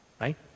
Right